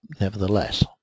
nevertheless